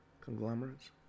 conglomerates